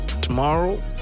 Tomorrow